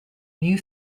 new